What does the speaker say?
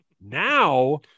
Now